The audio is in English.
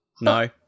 no